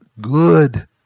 good